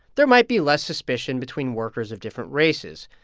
there might be less suspicion between workers of different races,